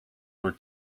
were